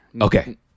Okay